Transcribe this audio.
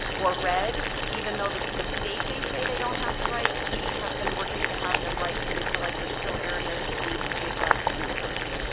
or red, even though the the state may say they don't have to write we have been working to have them write because we feel like there's still areas that need to be addressed and improved.